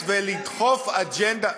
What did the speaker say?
רוצות להיכנס ולדחוף אג'נדה,